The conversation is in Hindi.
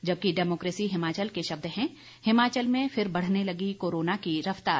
जबकि डेमोकेसी हिमाचल के शब्द हैं हिमाचल में फिर बढ़ने लगी कोरोना की रफतार